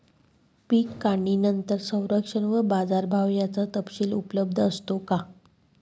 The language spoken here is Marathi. पीक काढणीनंतर संरक्षण व बाजारभाव याचा तपशील उपलब्ध असतो का?